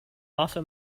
also